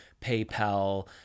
PayPal